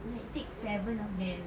like take seven of them